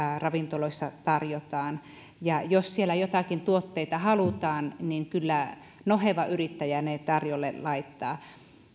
ravintoloissa tarjotaan ja jos siellä joitakin tuotteita halutaan niin kyllä noheva yrittäjä ne tarjolle laittaa